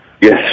Yes